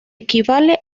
equivale